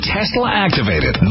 Tesla-activated